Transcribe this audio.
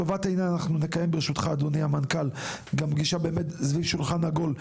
לטובת העניין אנחנו נקיים פגישה סביב שולחן עגול,